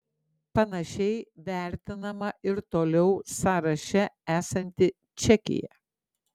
panašiai vertinama ir toliau sąraše esanti čekija